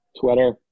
Twitter